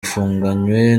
afunganywe